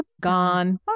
gone